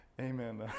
Amen